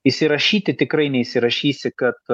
įsirašyti tikrai neįsirašysi kad